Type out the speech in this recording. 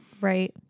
Right